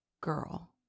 girl